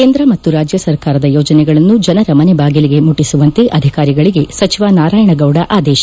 ಕೇಂದ್ರ ಮತ್ತು ರಾಜ್ಯ ಸರ್ಕಾರದ ಯೋಜನೆಗಳನ್ನು ಜನರ ಮನೆಗೆ ಬಾಗಿಲಿಗೆ ಮುಟ್ಸಸುವಂತೆ ಅಧಿಕಾರಿಗಳಗೆ ಸಚಿವ ನಾರಾಯಣಗೌಡ ಆದೇಶ